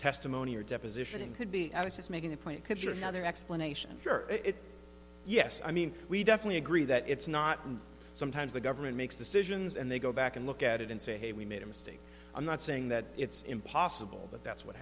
testimony or deposition and could be i was just making a point because your mother explanation for it yes i mean we definitely agree that it's not and sometimes the government makes decisions and they go back and look at it and say hey we made a mistake i'm not saying that it's impossible but that's what